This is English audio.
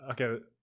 Okay